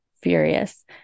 furious